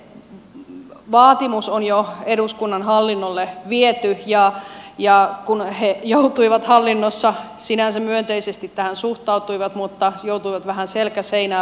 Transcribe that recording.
eli se vaatimus on jo eduskunnan hallinnolle viety mutta he joutuivat hallinnossa sinänsä myönteisesti tähän suhtautuivat vähän selkä seinää vasten